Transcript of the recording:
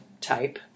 type